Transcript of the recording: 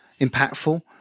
impactful